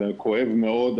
זה כואב מאוד.